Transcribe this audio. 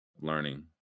learning